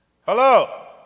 Hello